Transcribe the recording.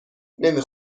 نمی